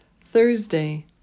Thursday